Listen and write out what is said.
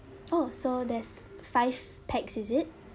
oh so there's five pax is it